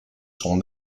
sont